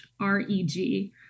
reg